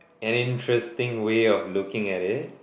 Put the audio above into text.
an interesting way of looking at it